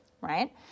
right